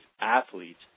athletes